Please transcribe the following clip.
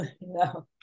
no